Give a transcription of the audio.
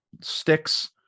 sticks